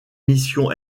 mission